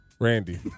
Randy